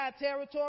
territory